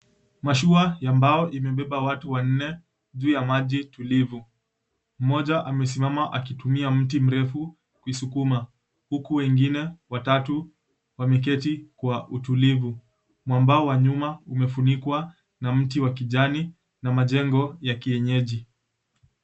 Mashua ya mbao imebeba watu wanne juu ya maji tulivu mmoja amesimama akitumia mti mrefu kuisukuma huku wengine watatu wameketi kwa utulivu. Mwambao wa nyuma umefunikwa na mti wa kijani na majengo ya kienyeji.